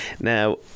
now